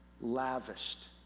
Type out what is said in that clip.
lavished